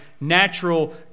natural